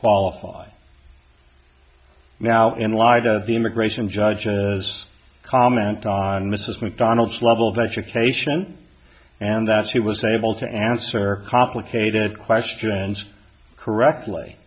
qualify now in light of the immigration judge as comment on mrs macdonald's level of education and that she was able to answer complicated questions correctly